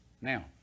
Now